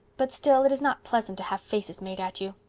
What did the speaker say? but still it is not pleasant to have faces made at you.